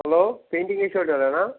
hello painting వేసే వారేనా